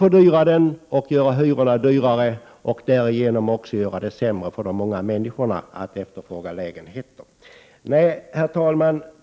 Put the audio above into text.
Förslagen leder till högre hyror, och det blir svårare för många människor att efterfråga lägenheter. Herr talman!